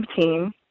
team